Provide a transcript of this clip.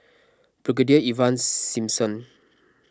Brigadier Ivan Simson